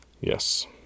Yes